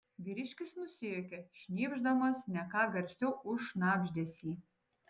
vyriškis nusijuokė šnypšdamas ne ką garsiau už šnabždesį